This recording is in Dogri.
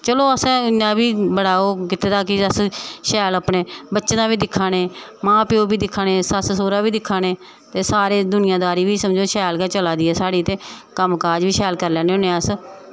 चलो असें इन्ना बी बड़ा ओह् कीते दा कि अस शैल अपने बच्चें दा बी दिक्खा न मां प्यो बी दिक्खा न सस्स सौह्रा बी दिक्खा न ते सारे दूनियांदारी बी समझो शैल गै चला दी साढ़ी ते कम्म काज़ बी शैल करी लैन्ने होन्ने आं अस